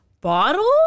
bottle